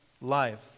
life